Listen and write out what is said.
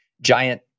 giant